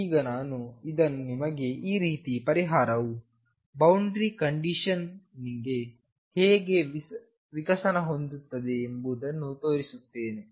ಈಗ ನಾನು ಇದನ್ನು ನಿಮಗೆ ಈ ರೀತಿ ಪರಿಹಾರವು ಬೌಂಡರಿ ಕಂಡೀಶನ್ನಿಂದ ಹೇಗೆ ವಿಕಸನ ಹೊಂದುತ್ತದೆ ಎಂಬುದನ್ನು ತೋರಿಸುತ್ತೇನೆ